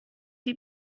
die